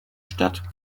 stadt